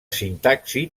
sintaxi